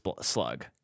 slug